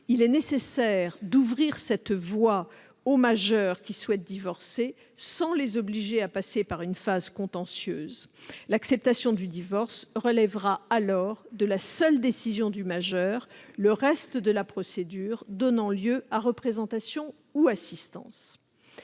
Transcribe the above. Il est nécessaire d'ouvrir cette voie au majeur protégé qui souhaite divorcer sans l'obliger à passer par une phase contentieuse. L'acceptation du divorce relèvera alors de sa seule décision, le reste de la procédure donnant lieu à représentation ou assistance.